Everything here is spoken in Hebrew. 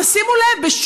תשימו לב,